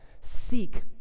Seek